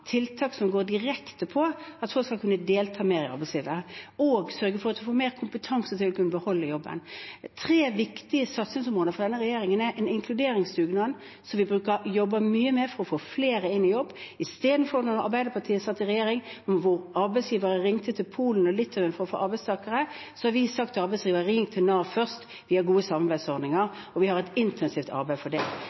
tiltak som går direkte på at folk skal kunne delta mer i arbeidslivet, og å sørge for at man får mer kompetanse til å kunne beholde jobben. Denne regjeringen har tre viktige satsingsområder. Det er en inkluderingsdugnad, som vi jobber mye med, for å få flere inn i jobb. Da Arbeiderpartiet satt i regjering, ringte arbeidsgivere til Polen og Litauen for å få arbeidstakere. Vi har isteden sagt til arbeidsgivere: Ring til Nav først, vi har gode samarbeidsordninger, og vi arbeider intensivt for det. Vi har et integreringsarbeid som skal sørge for